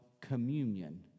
communion